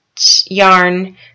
yarn